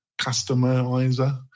customizer